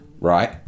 right